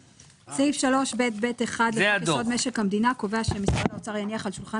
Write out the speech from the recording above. סעיף 3(ב)(ב1) לחוק יסוד: משק המדינה קובע שמשרד האוצר יניח על שולחן